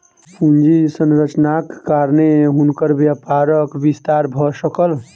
पूंजी संरचनाक कारणेँ हुनकर व्यापारक विस्तार भ सकल